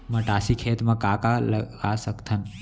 मटासी खेत म का का लगा सकथन?